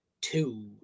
two